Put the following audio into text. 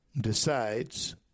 decides